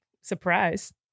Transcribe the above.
surprise